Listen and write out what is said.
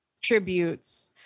tributes